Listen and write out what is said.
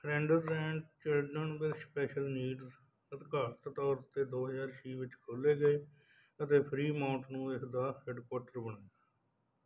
friends and children with special needs ਅਧਿਕਾਰਿਤ ਤੌਰ 'ਤੇ ਦੋ ਹਜ਼ਾਰ ਛੇ ਵਿੱਚ ਖੋਲ੍ਹੇ ਗਏ ਅਤੇ ਫ੍ਰੀਮੌਂਟ ਨੂੰ ਇਸ ਦਾ ਹੈੱਡਕੁਆਟਰ ਬਣਿਆ